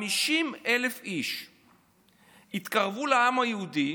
50,000 איש התקרבו לעם היהודי